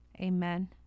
amen